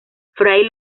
fray